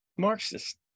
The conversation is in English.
marxist